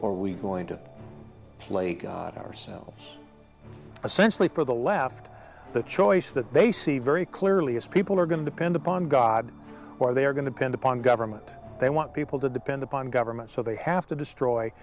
or are we going to play god ourselves essentially for the left the choice that they see very clearly as people are going to pend upon god or they are going to bend upon government they want people to depend upon government so they have to destroy